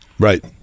Right